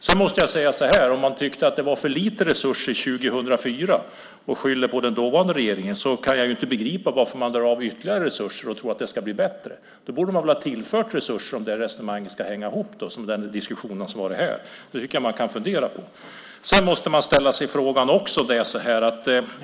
Sedan måste jag säga så här: Om man tyckte att det var för lite resurser 2004 och skyller på den dåvarande regeringen kan jag inte begripa varför man drar av ytterligare resurser och tror att det ska bli bättre. Då borde man väl ha tillfört resurser, om det resonemanget ska hänga ihop som den diskussion vi har haft här. Det tycker jag att man kan fundera på. Sedan måste man också ställa sig en annan fråga.